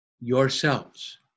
yourselves